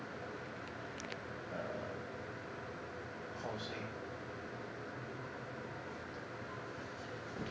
err how to say